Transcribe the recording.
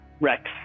Rex